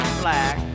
black